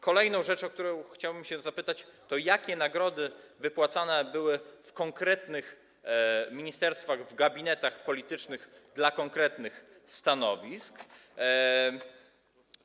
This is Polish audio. Kolejna rzecz, o którą chciałbym się zapytać: Jakie nagrody wypłacane były w konkretnych ministerstwach w gabinetach politycznych w odniesieniu do konkretnych stanowisk?